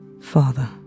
Father